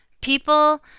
People